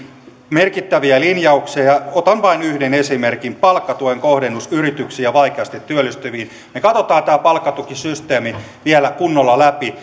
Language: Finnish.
merkittäviä linjauksia otan vain yhden esimerkin palkkatuen kohdennus yrityksiin ja vaikeasti työllistyviin me katsomme tämän palkkatukisysteemin vielä kunnolla läpi